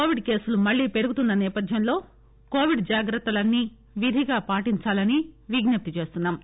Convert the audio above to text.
Covid కేసులు మళ్లీ పెరుగుతున్న నేపథ్యంలో కోవిడ్ జాగ్రత్తలన్నీ విధిగా పాటించాలని విజ్ఞప్తి చేస్తున్సాం